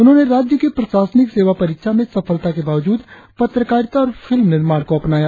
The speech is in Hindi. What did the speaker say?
उन्होंने राज्य की प्रशासनिक सेवा परीक्षा में सफलता के बावजूद पत्रकारिता और फिल्म निर्माण को अपनाया